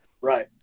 Right